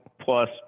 plus